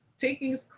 taking